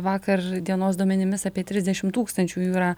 vakar dienos duomenimis apie trisdešimt tūkstančių jų yra